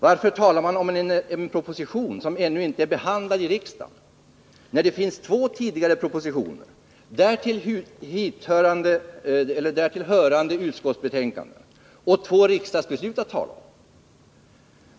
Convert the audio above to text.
Varför talar man om en proposition som ännu inte är behandlad i riksdagen när det finns två tidigare propositioner med därtill hörande utskottsbetänkanden och två riksdagsbeslut att tala om?